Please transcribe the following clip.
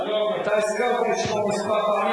אתה הזכרת את שמו כמה פעמים,